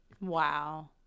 Wow